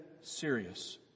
serious